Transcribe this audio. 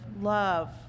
love